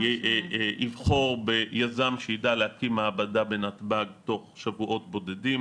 יבחר ביזם שיידע להקים מעבדה בנתב"ג תוך שבועות בודדים.